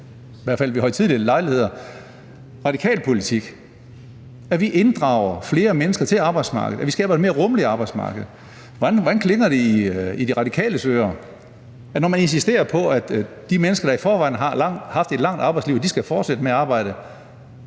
i hvert fald ved højtidelige lejligheder, radikal politik, at vi skal inddrage flere mennesker på arbejdsmarkedet, skabe et mere rummeligt arbejdsmarked. Hvordan klinger det i De Radikales ører, når man insisterer på, at de mennesker, der i forvejen har haft et langt arbejdsliv, skal fortsætte med at arbejde,